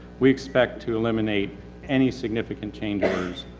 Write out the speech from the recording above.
we expect to eliminate any significant change orders.